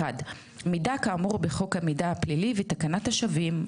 (1)מידע כאמור בחוק המידע הפלילי ותקנת השבים,